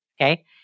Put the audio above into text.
okay